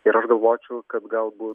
ir aš galvočiau kad galbūt